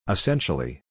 Essentially